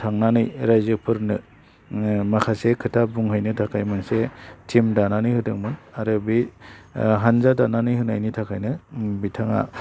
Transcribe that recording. थांनानै रायजोफोरनो माखासे खोथा बुंहैनो थाखाय मोनसे टिम दानानै होदोंमोन आरो बे हान्जा दानानै होनायनि थाखायनो बिथाङा